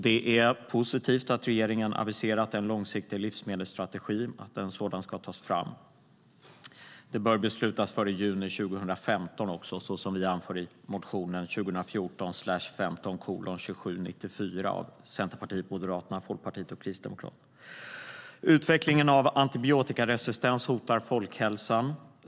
Det är positivt att regeringen har aviserat att en långsiktig livsmedelsstrategi ska tas fram. Det bör beslutas före juni 2015, så som vi anför i motionen 2014/15:2974 från Centerpartiet, Moderaterna, Folkpartiet och Kristdemokraterna. Utvecklingen av antibiotikaresistens hotar folkhälsan.